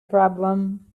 problem